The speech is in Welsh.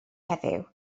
heddiw